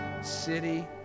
city